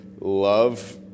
love